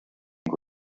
and